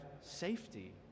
safety